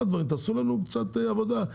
תעשו לנו קצת עבודה.